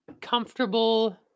Comfortable